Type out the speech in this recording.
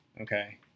Okay